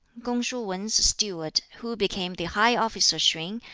kung-shuh wan's steward, who became the high officer sien,